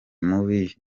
mubi